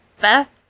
Beth